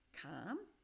calm